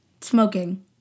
smoking